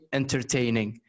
entertaining